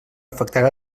afectarà